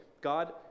God